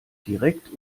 direkt